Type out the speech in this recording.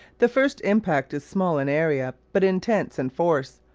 the first impact is small in area but intense in force,